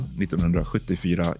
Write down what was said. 1974